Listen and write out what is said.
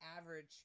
average